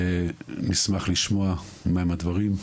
נשמח לשמוע מהם הדברים.